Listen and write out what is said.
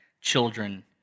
children